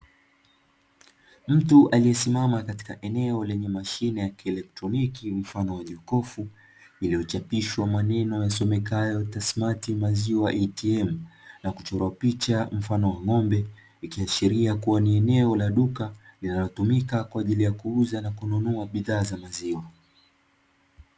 Mtu aliyesimama katika eneo lenye mashine ya kielektroniki mfano wa jokofu iliyochapishwa maneno yasomekayo Tasmati maziwa "ATM". Na kuchorwa picha mfano wa ng’ombe ikiashiria kuwa ni eneo la duka linalotumika kwa ajili ya kuuza na kununua bidhaa za maziwa.